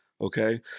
okay